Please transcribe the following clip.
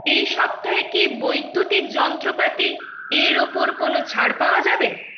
এই সপ্তাহে কি বৈদ্যুতিক যন্ত্রপাতি এর ওপর কোনও ছাড় পাওয়া যাবে